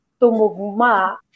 tumugma